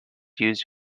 used